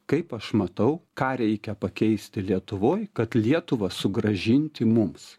kaip aš matau ką reikia pakeisti lietuvoj kad lietuvą sugrąžinti mums